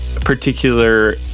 particular